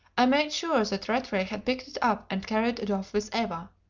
i made sure that rattray had picked it up and carried it off with eva.